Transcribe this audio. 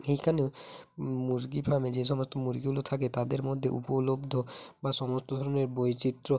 এইখানেও মুরগি ফার্মে যে সমস্ত মুরগিগুলো থাকে তাদের মধ্যে উপলব্ধ বা সমস্ত ধরনের বৈচিত্র্য